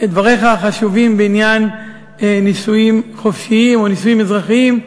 דבריך החשובים בעניין נישואים חופשיים או נישואים אזרחיים,